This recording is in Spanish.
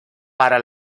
para